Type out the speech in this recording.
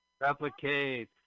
Replicate